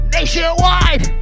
Nationwide